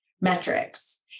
metrics